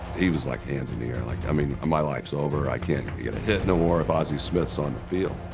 he was, like, hands in the air like, i mean, my life's over. i can't get a hit no more if ozzie smith is on the field.